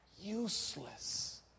useless